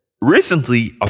recently